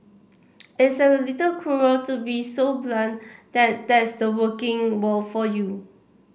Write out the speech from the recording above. it's a little cruel to be so blunt that that's the working world for you